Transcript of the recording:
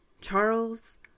charles